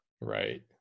Right